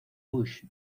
bush